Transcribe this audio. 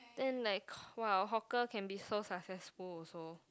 then like !wow! hawker can be so successful also